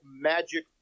magic